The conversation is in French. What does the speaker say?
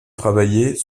travailler